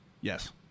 Yes